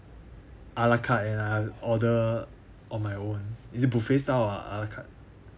a la carte and I ~ an order on my own is it buffet style or a la carte